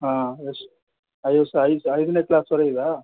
ಹಾಂ ಎಷ್ಟ್ ಐದು ಐದನೇ ಕ್ಲಾಸ್ವರ್ಗಿದ್ಯಾ